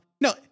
No